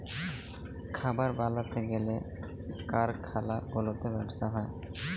খাবার বালাতে গ্যালে কারখালা গুলাতে ব্যবসা হ্যয়